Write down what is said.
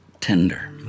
Tender